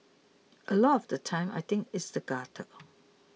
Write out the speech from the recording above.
a lot of the time I think it's the gutter